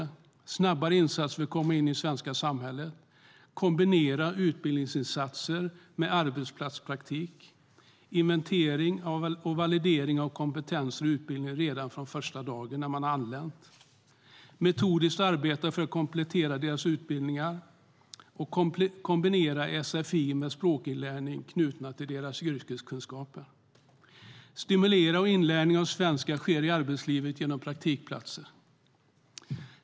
Det handlar om snabbare insatser för att de ska komma in i det svenska samhället, om att kombinera utbildningsinsatser med arbetsplatspraktik, om inventering och validering av kompetenser och utbildning redan från första dagen när de anlänt, om metodiskt arbete för att komplettera deras utbildningar, om att kombinera sfi med språkinlärning kopplat till deras yrkeskunskaper och om att stimulera att inlärning av svenska sker i arbetslivet genom praktikplatser.